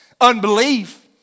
unbelief